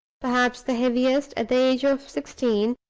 perhaps the heaviest, at the age of sixteen,